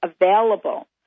available